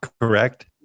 correct